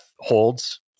holds